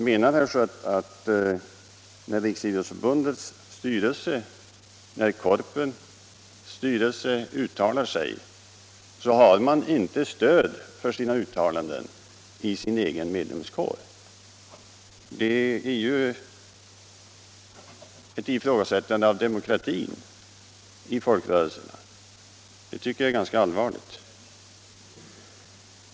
Menar herr Schött att när Riksidrottsförbundets styrelse och Korpens styrelse uttalar sig så har de inte stöd för sina uttalanden i sin egen medlemskår? Det innebär ju ett ifrågasättande av demokratin i folkrörelserna, och det tycker jag är ganska allvarligt.